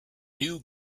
new